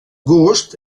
gust